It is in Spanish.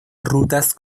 rutas